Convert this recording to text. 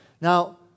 Now